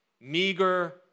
meager